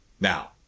Now